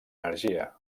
energia